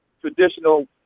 traditional